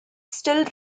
still